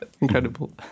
incredible